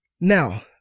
now